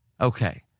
Okay